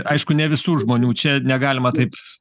aišku ne visų žmonių čia negalima taip